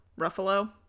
Ruffalo